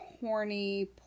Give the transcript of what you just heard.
horny